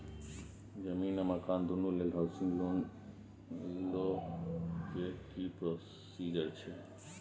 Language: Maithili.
जमीन आ मकान दुनू लेल हॉउसिंग लोन लै के की प्रोसीजर छै?